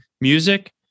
music